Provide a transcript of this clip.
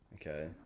okay